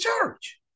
church